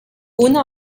una